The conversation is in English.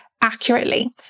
accurately